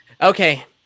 okay